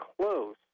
close